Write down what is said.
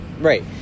Right